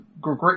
great